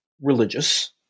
religious